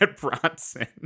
Bronson